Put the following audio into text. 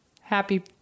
Happy